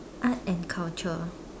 art and culture